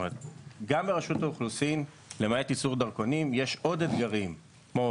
גם ברשות האוכלוסין למעט ייצור דרכונים יש עוד אתגרים כמו